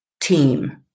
team